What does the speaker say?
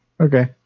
Okay